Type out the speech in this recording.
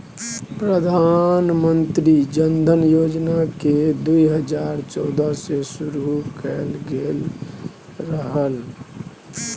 प्रधानमंत्री जनधन योजना केँ दु हजार चौदह मे शुरु कएल गेल रहय